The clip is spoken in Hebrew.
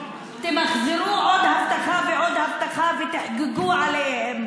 תמחזרו עוד הבטחה ועוד הבטחה ותחגגו עליהן,